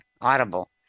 Audible